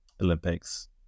olympics